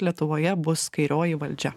lietuvoje bus kairioji valdžia